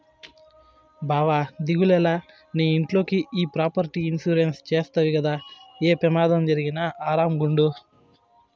బావా దిగులేల, నీ ఇంట్లోకి ఈ ప్రాపర్టీ ఇన్సూరెన్స్ చేస్తవి గదా, ఏ పెమాదం జరిగినా ఆరామ్ గుండు